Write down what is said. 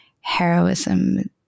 heroism